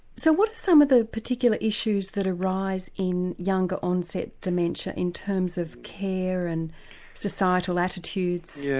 so what are some of the particular issues that arise in younger onset dementia in terms of care and societal attitudes? yes,